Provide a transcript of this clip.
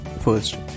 first